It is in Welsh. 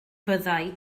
fyddai